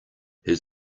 his